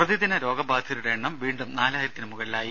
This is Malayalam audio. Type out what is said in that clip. പ്രതിദിന രോഗ ബാധിതരുടെ എണ്ണം വീണ്ടും നാലായിരത്തിന് മുകളിലായി